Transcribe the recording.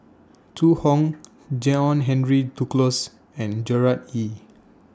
Zhu Hong John Henry Duclos and Gerard Ee